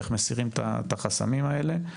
איך מסירים את החסמים האלה.